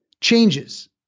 changes